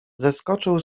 zeskoczył